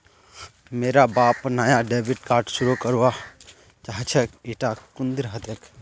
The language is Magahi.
मोर बाप नाया डेबिट कार्ड शुरू करवा चाहछेक इटा कुंदीर हतेक